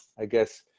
i guess,